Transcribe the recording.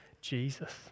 Jesus